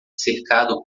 cercado